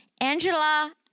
Angela